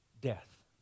death